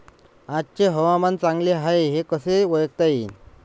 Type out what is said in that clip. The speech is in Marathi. आजचे हवामान चांगले हाये हे कसे ओळखता येईन?